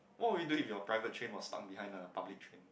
what would you do if your private train was stucked behind a public train